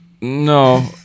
no